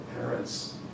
parents